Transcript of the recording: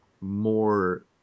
more